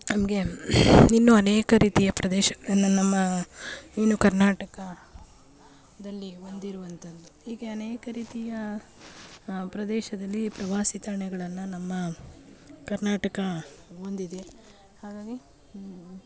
ಹಾಗೆ ಇನ್ನೂ ಅನೇಕ ರೀತಿಯ ಪ್ರದೇಶಗಳನ್ನು ನಮ್ಮ ಏನು ಕರ್ನಾಟಕದಲ್ಲಿ ಹೊಂದಿರುವಂಥದ್ದು ಹೀಗೆ ಅನೇಕ ರೀತಿಯ ಪ್ರದೇಶದಲ್ಲಿ ಪ್ರವಾಸಿ ತಾಣಗಳನ್ನು ನಮ್ಮ ಕರ್ನಾಟಕ ಒಂದಿದೆ ಹಾಗಾಗಿ